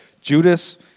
Judas